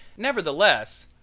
nevertheless,